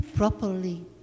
properly